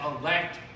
elect